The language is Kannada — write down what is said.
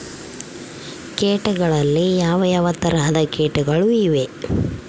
ಕೇಟಗಳಲ್ಲಿ ಯಾವ ಯಾವ ತರಹದ ಕೇಟಗಳು ಇವೆ?